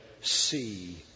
see